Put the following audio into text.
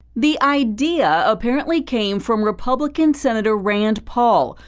the idea apparently came from republican senator rand paul,